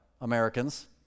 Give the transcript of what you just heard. Americans